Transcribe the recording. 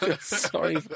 sorry